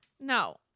No